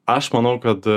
aš manau kad